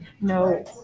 No